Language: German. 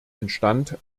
entstand